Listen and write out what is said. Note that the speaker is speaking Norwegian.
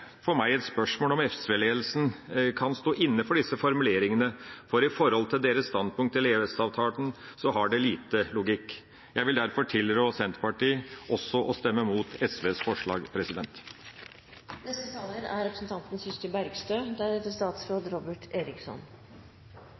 for meg et spørsmål om SV-ledelsen kan stå inne for disse formuleringene, for i forhold til deres standpunkt til EØS-avtalen har det lite logikk. Jeg vil derfor tilrå Senterpartiet også å stemme mot SVs forslag.